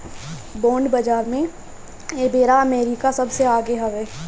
bond बाजार में एबेरा अमेरिका सबसे आगे हवे